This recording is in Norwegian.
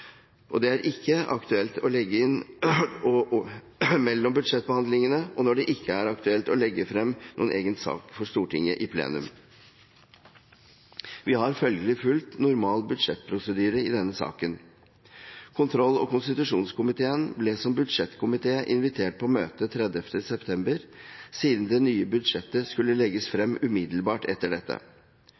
og når det ikke er aktuelt å legge frem noen egen sak for Stortinget i plenum. Vi har følgelig fulgt normal budsjettprosedyre i denne saken. Kontroll- og konstitusjonskomiteen ble som budsjettkomité invitert på møtet 30. september, siden det nye budsjettet skulle legges frem umiddelbart etter dette.